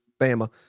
Bama